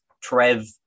Trev